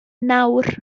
nawr